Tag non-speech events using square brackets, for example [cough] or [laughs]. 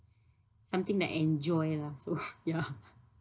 something I enjoy lah so [laughs] ya